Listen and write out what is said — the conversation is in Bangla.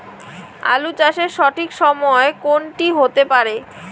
আলু চাষের সঠিক সময় কোন টি হতে পারে?